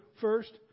first